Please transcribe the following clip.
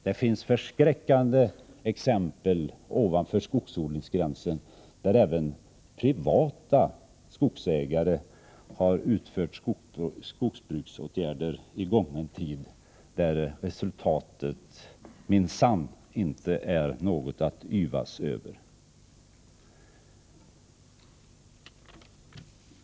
Det finns förskräckande exempel på att även privata skogsägare i gången tid ovanför skogsodlingsgränsen har utfört skogsbruksåtgärder, vilkas resultat minsann inte är något att yvas över.